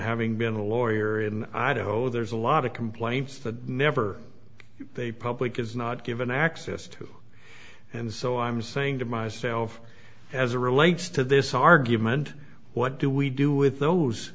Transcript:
having been a lawyer in idaho there's a lot of complaints that never they public is not given access to and so i'm saying to myself as a relates to this argument what do we do with those